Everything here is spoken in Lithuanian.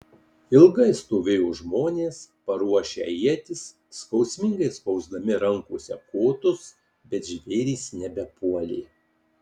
ilgai stovėjo žmonės paruošę ietis skausmingai spausdami rankose kotus bet žvėrys nebepuolė